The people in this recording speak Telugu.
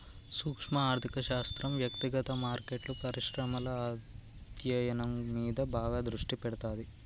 సూక్శ్మ ఆర్థిక శాస్త్రం వ్యక్తిగత మార్కెట్లు, పరిశ్రమల అధ్యయనం మీద బాగా దృష్టి పెడతాది